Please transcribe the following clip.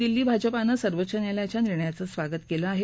दिल्ली भाजपानं सर्वोच्च न्यायालयाच्या निर्णयाचं स्वागत केलं आहे